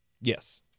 Yes